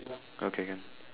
okay can